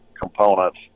components